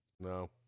No